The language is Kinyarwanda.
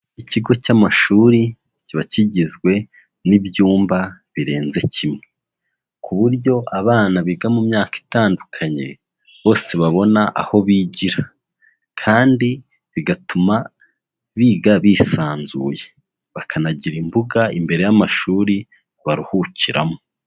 Ikigo cy'amashuri kiba kigizwe n'ibyumba birenze kimwe, ku buryo abana biga mu myaka itandukanye bose babona aho bigira kandi bigatuma biga bisanzuye, bakanagira imbuga imbere y'amashuri baruhukiramo.